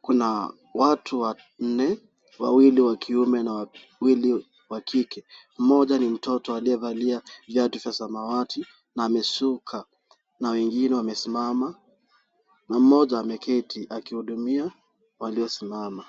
kuna watu wanne, wawili wa kiume na wawili wa kike, mmoja ni mtoto aliyevalia viatu vya samawati na amesuka, na wengine wamesimama, na mmoja ameketi akihudumia waliosimama.